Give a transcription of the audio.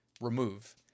remove